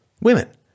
women